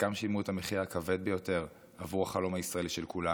חלקם שילמו את המחיר הכבד ביותר בעבור החלום הישראלי של כולם,